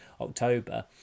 October